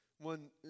one